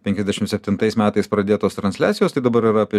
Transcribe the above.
penkiasdešim septintais metais pradėtos transliacijos tai dabar yra apie